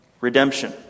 redemption